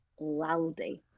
laldi